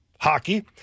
hockey